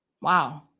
Wow